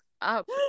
up